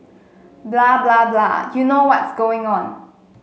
blah blah blah you know what's going on